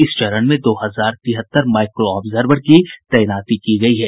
इस चरण में दो हजार तिहत्तर माइक्रो ऑब्जर्वर की तैनाती की गयी है